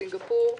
סינגפור.